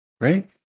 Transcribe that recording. Right